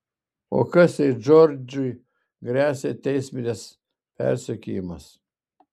o kas jei džordžui gresia teisminis persekiojimas